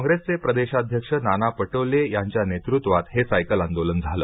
काँग्रेसचे प्रदेशाध्यक्ष नाना पटोले यांच्या नेतृत्वात हे सायकल आंदोलन झालं